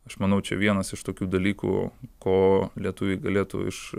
aš manau čia vienas iš tokių dalykų ko lietuviai galėtų iš